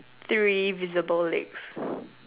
three visible legs